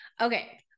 Okay